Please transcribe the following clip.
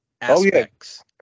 aspects